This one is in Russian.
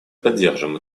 поддержим